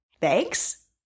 Thanks